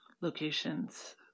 locations